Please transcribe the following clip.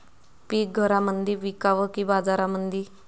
पीक घरामंदी विकावं की बाजारामंदी?